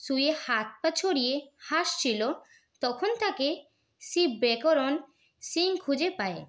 শুয়ে হাত পা ছড়িয়ে হাসছিল তখন তাকে সেই ব্যাকরণ সিং খুঁজে পায়